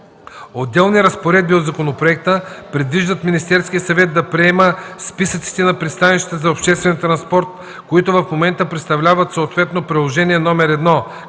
Отделни разпоредби от законопроекта предвиждат Министерският съвет да приема списъците на пристанищата за обществен транспорт, които в момента представляват съответно приложение № 1